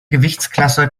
gewichtsklasse